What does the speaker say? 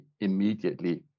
immediately